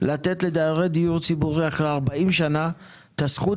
לתת לדיירי דיור ציבורי אחרי 40 שנה את הזכות